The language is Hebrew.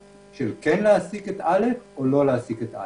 של כן להעסיק את א' או לא להעסיק את א'.